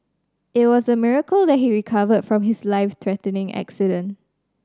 it was a miracle that he recovered from his life threatening accident